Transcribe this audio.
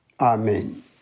Amen